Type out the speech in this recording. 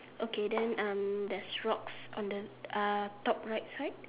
okay then um there's rocks on the uh top right side